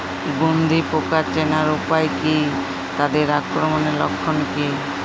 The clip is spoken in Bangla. গন্ধি পোকা চেনার উপায় কী তাদের আক্রমণের লক্ষণ কী?